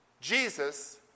Jesus